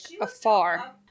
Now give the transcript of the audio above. afar